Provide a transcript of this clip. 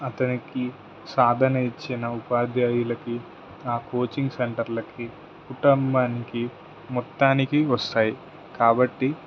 అతనికి సాధన ఇచ్చిన ఉపాధ్యాయులకి ఆ కోచింగ్ సెంటర్లకి కుటుంబానికి మొత్తానికి వస్తాయి కాబట్టి